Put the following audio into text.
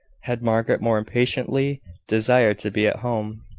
had margaret more impatiently desired to be at home.